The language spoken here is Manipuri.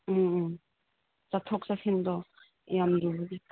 ꯎꯝ ꯎꯝ ꯆꯠꯊꯣꯛ ꯆꯠꯁꯤꯟꯗꯣ ꯌꯥꯝ ꯂꯨꯕꯒꯤ